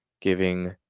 giving